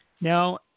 Now